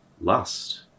lust